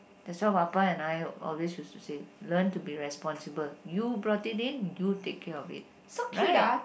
that's why papa and I always use to say learn to be responsible you brought it in you take care of it right